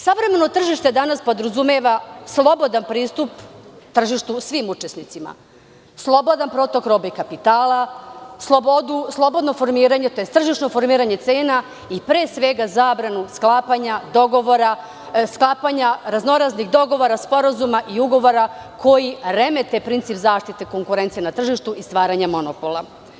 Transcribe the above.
Savremeno tržište danas podrazumeva slobodan pristup tržištu svim učesnicima, slobodan protok robe i kapitala, slobodno formiranje tržišnih cena i pre svega zabranu sklapanja razno raznih dogovora, sporazuma i ugovora koji remete princip zaštite konkurencije na tržištu i stvaranja monopola.